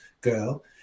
girl